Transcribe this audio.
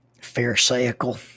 pharisaical